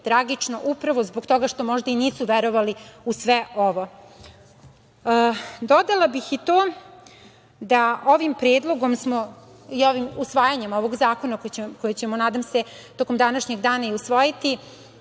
tragično upravo zbog toga što možda i nisu verovali u sve ovo. Dodala bih i to da smo ovim predlogom i ovim usvajanjem zakona koje ćemo, nadam se, tokom današnjeg dana i usvojiti,